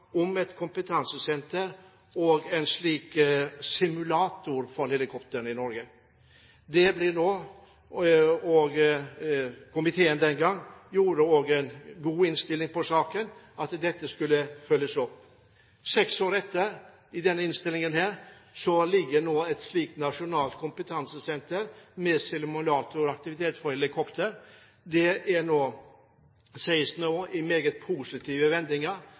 fremmet et forslag om et kompetansesenter og en simulator for helikopter i Norge. Det blir det nå. Komiteen den gangen gjorde en god innstilling til saken. Dette skulle følges opp. Seks år etter, i denne innstillingen, ligger det nå et slikt nasjonalt kompetansesenter med simulatoraktivitet for helikopter. Det sies i meget positive vendinger